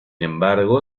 embargo